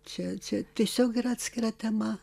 čia tiesiog yra atskira tema